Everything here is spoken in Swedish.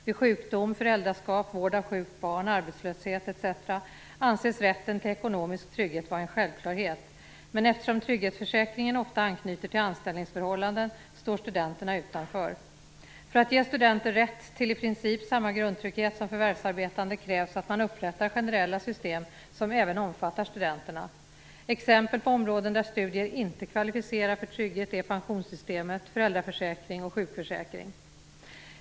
Vid sjukdom, föräldraskap, vård av sjukt barn, arbetslöshet, etc. anses rätten till ekonomisk trygghet vara en självklarhet, men eftersom trygghetsförsäkringen ofta anknyter till anställningsförhållanden står studenterna utanför. För att ge studenter rätt till i princip samma grundtrygghet som förvärvsarbetande krävs att man upprättar generella system som även omfattar studenterna. Exempel på områden där studier inte kvalificerar för trygghet är pensionssystemet, föräldraförsäkringen och sjukförsäkringen.